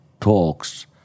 talks